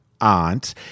Aunt